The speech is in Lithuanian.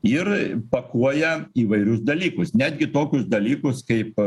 ir pakuoja įvairius dalykus netgi tokius dalykus kaip